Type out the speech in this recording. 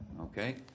Okay